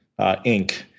Inc